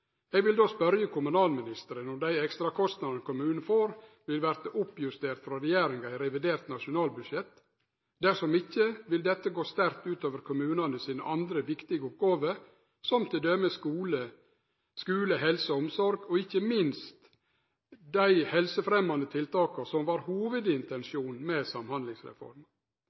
Eg vil då spørje kommunalministeren: Vil dei ekstrakostnadene kommunane får, verte oppjusterte frå regjeringa i revidert nasjonalbudsjett? Dersom ikkje, vil dette gå sterkt ut over kommunane sine andre viktige oppgåver, som t.d. skule, helse og omsorg, og ikkje minst dei helsefremjande tiltaka som var hovudintensjonen med